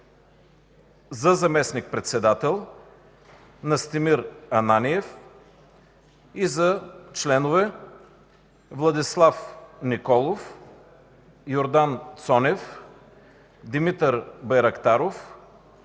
за заместник-председател – Настимир Ананиев, и за членове – Владислав Николов, Йордан Цонев, Димитър Байрактаров,